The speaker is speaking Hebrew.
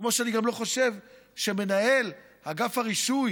כמו שאני גם לא חושב שמנהל אגף הרישוי